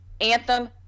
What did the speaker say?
Anthem